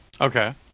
Okay